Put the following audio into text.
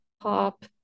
pop